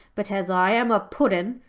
but as i am a puddin,